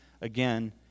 again